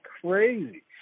crazy